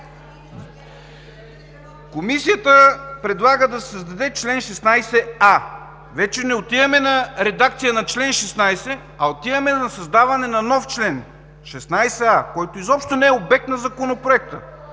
Комисията предлага да се създаде чл. 16а. Вече не отиваме на редакция на чл. 16, а отиваме на създаване на нов член – 16а, който изобщо не е обект на Законопроекта.